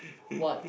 what